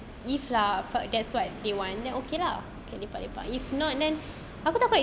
if lah for that's what then want then okay lah can lepak-lepak if not then